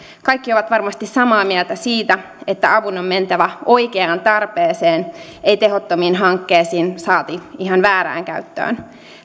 kaikki ovat varmasti samaa mieltä siitä että avun on mentävä oikeaan tarpeeseen ei tehottomiin hankkeisiin saati ihan väärään käyttöön